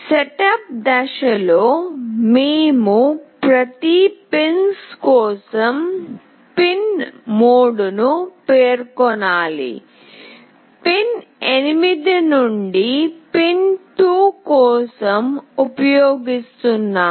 setup దశలో మేము ప్రతి పిన్స్ కోసం పిన్ మోడ్ను పేర్కొనాలి పిన్ 8 ను పిన్ 2 కోసం ఉపయోగిస్తున్నాము